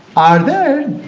are there